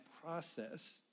process